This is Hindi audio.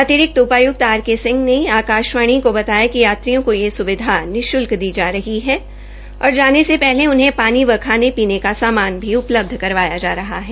अतिरिक्त उपाय्कत आर के सिंह ने आकाशवाणी को बताया कि यात्रियों को ये सूविधा निःशुल्क दी जा रही है और जाने से पहले उन्हें पानी खाने पीने के सामान भी उपलब्ध कराया जा रहा है